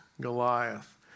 Goliath